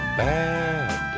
bad